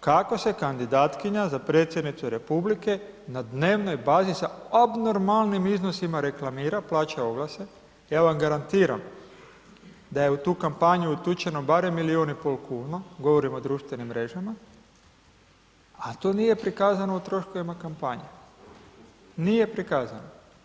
kako se kandidatkinja za predsjednicu Republike na dnevnoj bazi sa abnormalnim iznosima reklamira, plaća oglase, ja vam garantiram da je u tu kampanju utučeno barem 1,5 milion kuna, govorim o društvenim mrežama, al to nije prikazano u troškovima kampanje, nije prikazano.